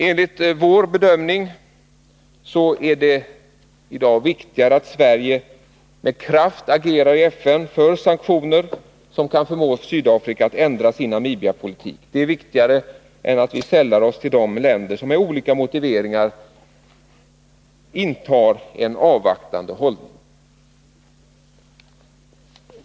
Enligt vår bedömning är det i dag viktigare att Sverige med kraft agerar i FN för sanktioner som kan förmå Sydafrika att ändra sin Namibiapolitik. Detta är viktigare än att vi sällar oss till de länder som med olika motiveringar intar en avvaktande hållning.